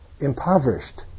impoverished